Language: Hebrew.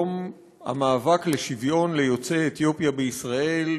יום המאבק לשוויון ליוצאי אתיופיה בישראל,